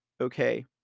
okay